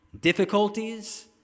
Difficulties